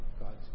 God's